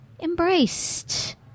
embraced